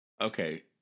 Okay